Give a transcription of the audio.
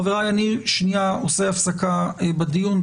חבריי, אני שנייה עושה הפסקה בדיון.